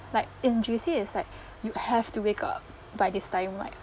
like in J_C it's like you have to wake up by this time right